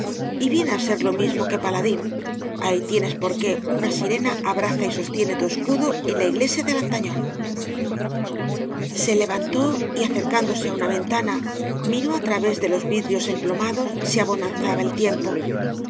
y viene á ser lo mismo que paladín ahí tienes por qué una sirena abraza y sostiene tu escudo en la iglesia de lantañón se levantó y acercándose á una ventana miró á través de los vidrios emplomados si abonanzaba el tiempo